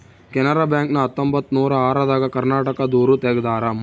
Canara bank ನ ಹತ್ತೊಂಬತ್ತನೂರ ಆರ ದಾಗ ಕರ್ನಾಟಕ ದೂರು ತೆಗ್ದಾರ